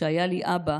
שהיה לי אבא,